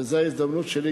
וזו גם ההזדמנות שלי,